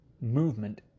Movement